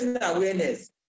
awareness